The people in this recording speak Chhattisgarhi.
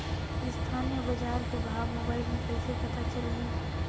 स्थानीय बजार के भाव मोबाइल मे कइसे पता चलही?